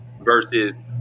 versus